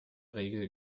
regel